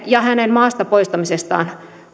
ja hänen maasta poistamistaan